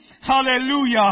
Hallelujah